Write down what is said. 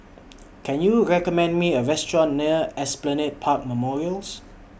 Can YOU recommend Me A Restaurant near Esplanade Park Memorials